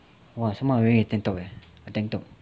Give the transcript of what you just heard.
!wah! somemore I wearing a tank top eh a tank top